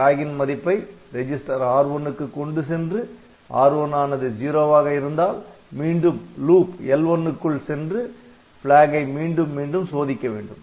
Flag ன் மதிப்பை register R1 க்கு கொண்டு சென்று R1 ஆனது '0' வாக இருந்தால் மீண்டும் லூப் க்குள் சென்று Flag ஐ மீண்டும் மீண்டும் சோதிக்க வேண்டும்